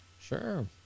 Sure